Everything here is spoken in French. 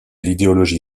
l’idéologie